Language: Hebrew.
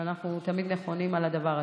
ואנחנו תמיד נכונים לדבר הזה.